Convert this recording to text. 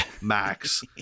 Max